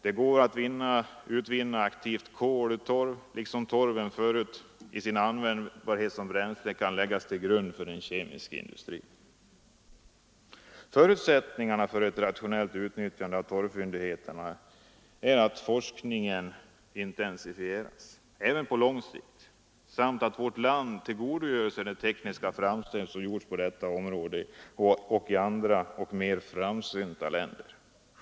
Det går att utvinna aktivt kol ur torv. Torven kan också i sin användbarhet som bränsle läggas till grund för en kemisk industri. Förutsättningarna för ett rationellt utnyttjande av torvfyndigheterna är att forskningen intensifieras — även på lång sikt — samt att vårt land tillgodogör sig de tekniska framsteg som gjorts på detta område i andra och mer framsynta länder.